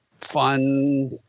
fun